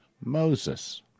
Moses